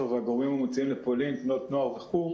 והגורמים המוציאים לפולין תנועות נוער וכולי